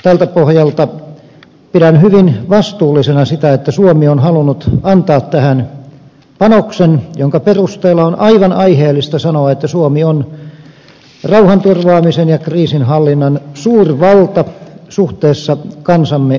tältä pohjalta pidän hyvin vastuullisena sitä että suomi on halunnut antaa tähän panoksen jonka perusteella on aivan aiheellista sanoa että suomi on rauhanturvaamisen ja kriisinhallinnan suurvalta suhteessa kansamme väkimäärään